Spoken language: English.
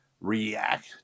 react